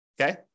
Okay